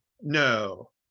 no